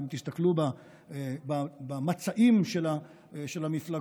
ואם תסתכלו במצעים של המפלגות,